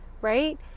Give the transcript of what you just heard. right